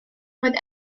roedd